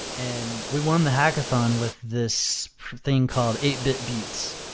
and we won the hackaton with this thing called eight bit beats.